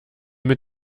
mit